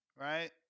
right